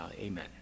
Amen